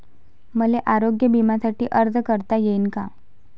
मले आरोग्य बिम्यासाठी अर्ज करता येईन का?